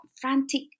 frantic